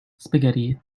spaghetti